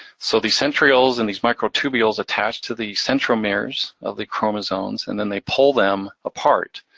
so these centrioles and these microtubules attach to the central mirrors of the chromosomes, and then they pull them apart.